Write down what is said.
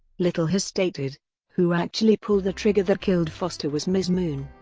little has stated who actually pulled the trigger that killed foster was mizmoon.